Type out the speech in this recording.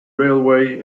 railway